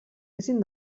ezin